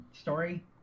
story